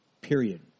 Period